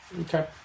Okay